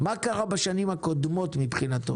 מה קרה בשנים הקודמות מבחינתו?